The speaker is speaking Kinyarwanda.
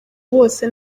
bose